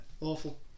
awful